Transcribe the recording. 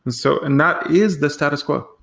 and so and that is the status quo.